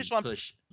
push